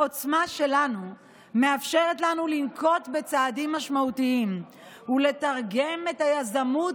העוצמה שלנו מאפשרת לנו לנקוט צעדים משמעותיים ולתרגם את היוזמות